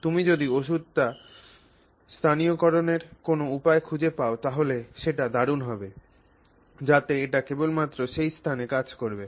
তুমি যদি ওষুধটি স্থানীয়করণের কোনও উপায় খুঁজে পাও তাহলে সেটা দারুন হবে যাতে এটি কেবলমাত্র সেই স্থানে কাজ করবে